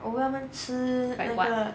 like what